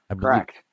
correct